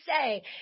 say